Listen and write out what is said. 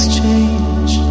change